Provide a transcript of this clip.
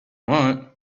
want